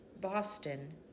Boston